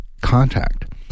contact